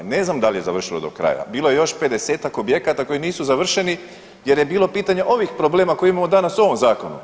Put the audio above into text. Ne znam da li je završilo do kraja, bilo je još 50-tak objekata koji nisu završeni jer je bilo pitanje ovih problema koje imamo danas u ovom Zakonu.